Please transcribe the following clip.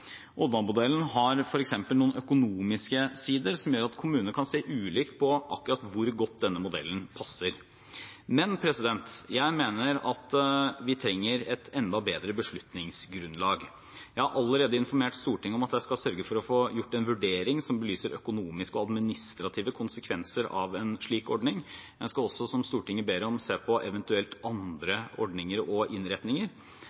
har f.eks. noen økonomiske sider som gjør at kommuner kan se ulikt på hvor godt denne modellen passer. Jeg mener at vi trenger et enda bedre beslutningsgrunnlag, og jeg har allerede informert Stortinget om at jeg skal sørge for å få gjort en vurdering som belyser økonomiske og administrative konsekvenser av en slik ordning. Jeg skal også, som Stortinget ber om, se på